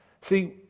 See